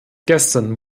gestern